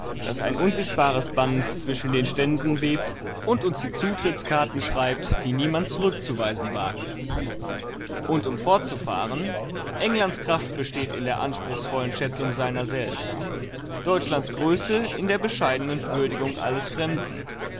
das ein unsichtbares band zwischen den ständen webt und uns die zutrittskarten schreibt die niemand zurückzuweisen wagt und um fortzufahren englands kraft besteht in der anspruchsvollen schätzung seiner selbst deutschlands größe in der bescheidenen würdigung alles fremden